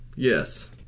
Yes